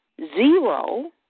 zero